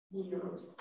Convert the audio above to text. years